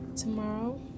tomorrow